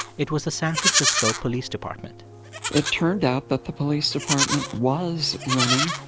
it was the san francisco police department it turned out that the police department was running